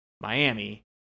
Miami